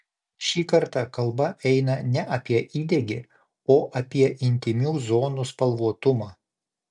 šį kartą kalba eina ne apie įdegį o apie intymių zonų spalvotumą